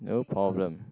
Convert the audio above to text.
no problem